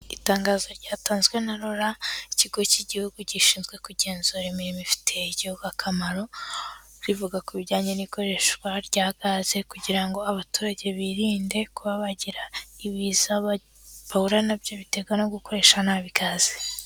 Itangazo ryatanzwe na RURA, ikigo cy'igihugu gishinzwe kugenzura imirimo ifitiye igihugu akamaro, rivuga ku bijyanye n'ikoreshwa rya gaze, kugira ngo abaturage birinde kuba bagira ibiza bahura nabyo biterwa no gukoresha nabi gaze.